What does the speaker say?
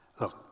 look